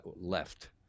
left